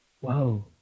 Whoa